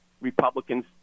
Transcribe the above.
Republicans